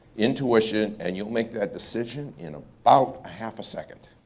intuition, and you'll make that decision in ah about half a second.